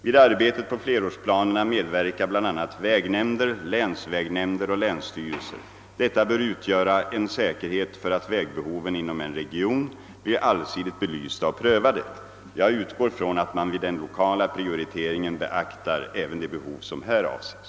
Vid arbetet på flerårsplanerna medverkar bl a. vägnämnder, länsvägnämnder och länsstyrelser. Detta bör utgöra en säkerhet för att vägbehoven inom en region blir allsidigt belysta och prövade. Jag utgår från att man vid den lokala prioriteringen beaktar även de behov som här avses.